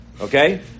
Okay